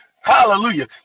Hallelujah